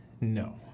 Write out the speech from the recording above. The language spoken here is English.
no